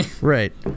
right